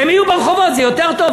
הם יהיו ברחובות, זה יותר טוב?